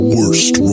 Worst